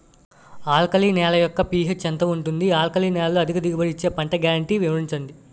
Alkali నేల యెక్క P H ఎంత ఉంటుంది? ఆల్కలి నేలలో అధిక దిగుబడి ఇచ్చే పంట గ్యారంటీ వివరించండి?